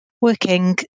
working